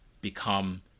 become